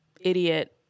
idiot